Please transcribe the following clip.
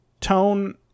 tone